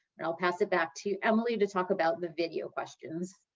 and i'll pass it back to emily to talk about the video questions.